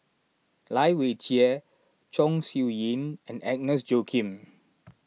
Lai Weijie Chong Siew Ying and Agnes Joaquim